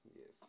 Yes